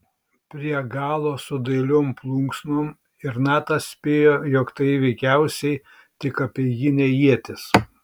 prie galo su dailiom plunksnom ir natas spėjo jog tai veikiausiai tik apeiginė ietis